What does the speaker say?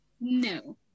No